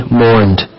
mourned